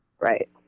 Right